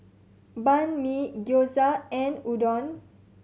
Banh Mi Gyoza and Udon